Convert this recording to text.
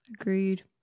Agreed